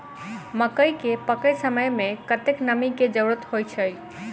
मकई केँ पकै समय मे कतेक नमी केँ जरूरत होइ छै?